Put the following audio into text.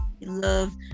love